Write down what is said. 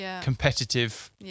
competitive